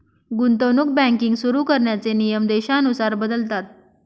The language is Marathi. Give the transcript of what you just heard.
गुंतवणूक बँकिंग सुरु करण्याचे नियम देशानुसार बदलतात